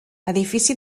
edifici